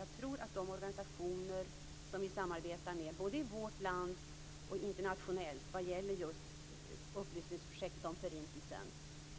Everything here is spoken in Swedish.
Jag tror också att de organisationer som vi samarbetar med både i vårt land och internationellt vad gäller just upplysningsprojektet om förintelsen